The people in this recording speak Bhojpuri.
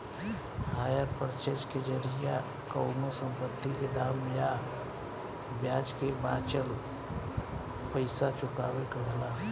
हायर पर्चेज के जरिया कवनो संपत्ति के दाम आ ब्याज के बाचल पइसा चुकावे के होला